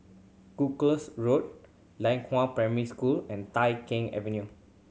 Gloucester Road Lianhua Primary School and Tai Keng Avenue